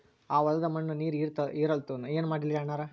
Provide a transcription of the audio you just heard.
ಆ ಹೊಲದ ಮಣ್ಣ ನೀರ್ ಹೀರಲ್ತು, ಏನ ಮಾಡಲಿರಿ ಅಣ್ಣಾ?